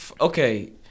Okay